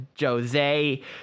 jose